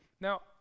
Now